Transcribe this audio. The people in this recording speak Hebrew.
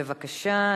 בבקשה,